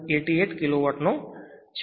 88 kilo વોટનો છે